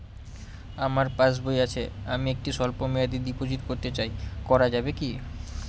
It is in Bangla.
আমার পাসবই আছে আমি একটি স্বল্পমেয়াদি ডিপোজিট করতে চাই করা যাবে কি?